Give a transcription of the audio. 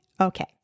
Okay